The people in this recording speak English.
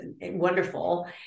wonderful